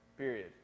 Period